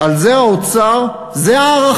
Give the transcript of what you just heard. על זה האוצר, זה הערכים.